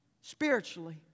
Spiritually